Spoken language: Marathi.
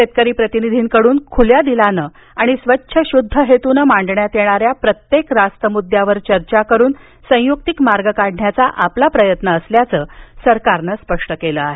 शेतकरी प्रतिनिधींकडून खुल्या दिलानं आणि स्वच्छ शुद्ध हेतूनं मांडण्यात येणाऱ्या प्रत्येक रास्त मुद्द्यावर चर्चा करून संयुक्तिक मार्ग काढण्याचा आपला प्रयत्न असल्याचं सरकारनं स्पष्ट केलं आहे